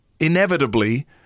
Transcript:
Inevitably